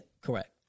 correct